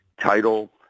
title